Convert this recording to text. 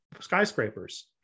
skyscrapers